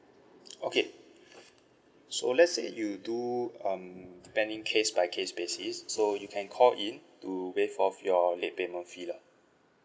okay so let's say you do um depending case by case basis so you can call in to waive off your late payment fee lah